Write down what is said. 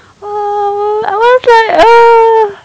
oh I was like uh